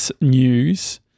news